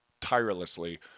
tirelessly